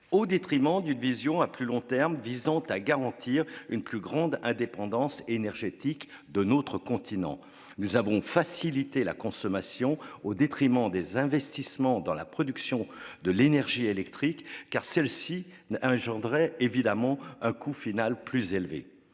au détriment d'une vision à plus long terme d'une meilleure indépendance énergétique de notre continent. Nous avons facilité la consommation au détriment des investissements dans la production d'électricité, car ceux-ci créent, évidemment, un coût final plus élevé.